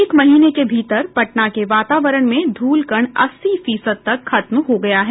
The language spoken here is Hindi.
एक महीने के मीतर पटना के वातावरण से धूल कण अस्सी फीसद तक खत्म हो गया है